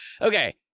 Okay